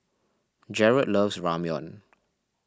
Jarret loves Ramyeon